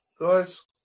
guys